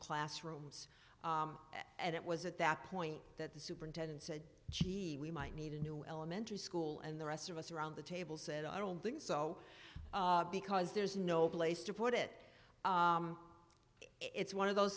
classrooms and it was at that point that the superintendent said gee we might need a new elementary school and the rest of us around the table said i don't think so because there's no place to put it it's one of those